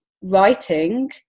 writing